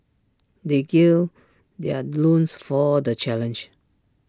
they gird their loins for the challenge